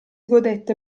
godette